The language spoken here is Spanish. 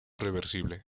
reversible